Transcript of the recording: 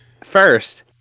first